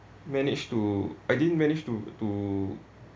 managed to I didn't manage to to